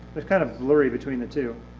but kind of blurry between the two.